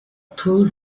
two